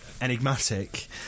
enigmatic